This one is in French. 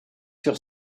sur